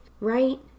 right